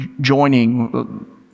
joining